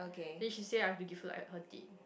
then she said I have to give her like hurt it